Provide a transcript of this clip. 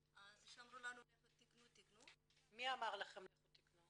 אמרו לנו "לכו תקנו", מי אמר לכם לכו תקנו?